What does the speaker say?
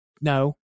no